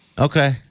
okay